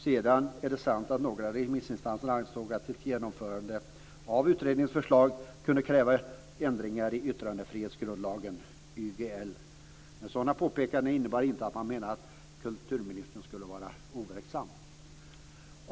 Det är sant att några av remissinstanserna ansåg att ett genomförande av utredningens förslag kunde kräva ändringar i yttrandefrihetsgrundlagen, YGL, men sådana påpekanden innebär inte att man menar att kulturministern skulle vara overksam.